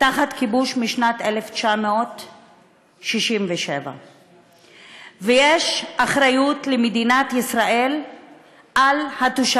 תחת כיבוש משנת 1967. ויש אחריות למדינת ישראל לתושבים,